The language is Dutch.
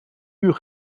uur